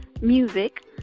Music